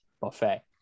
buffet